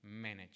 manage